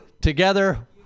together